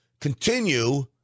continue